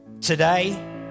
Today